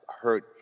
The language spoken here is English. hurt